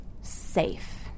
safe